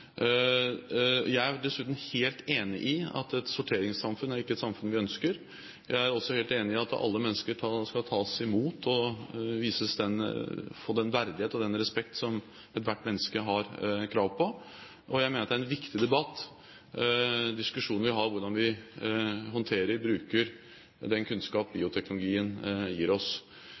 Jeg er dessuten helt enig i at et sorteringssamfunn ikke er et samfunn vi ønsker. Jeg er også helt enig i at alle mennesker skal tas imot og få den verdighet og den respekt som ethvert menneske har krav på. Jeg mener at det er en viktig debatt og diskusjon å ha, hvordan vi håndterer og bruker den kunnskap bioteknologien gir oss.